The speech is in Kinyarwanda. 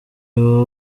baba